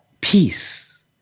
peace